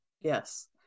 Yes